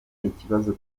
ikibazo